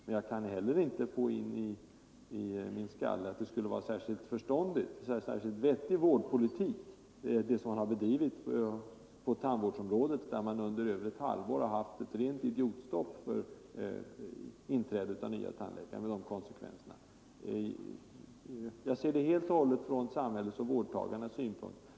Men jag kan inte få in i min skalle att den vårdpolitik som man har bedrivit på tandvårdsområdet har varit särskilt klok. Den har ju inneburit att man i över ett halvår har haft ett rent idiotstopp för inträde av nya tandläkare, med de konsekvenser som detta har fört med sig från samhällets och vårdtagarnas synpunkt.